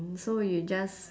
so you just